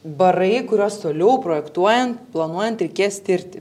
barai kuriuos toliau projektuojant planuojant reikės tirti